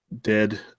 dead